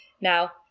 Now